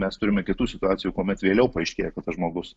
mes turime kitų situacijų kuomet vėliau paaiškėja kad tas žmogus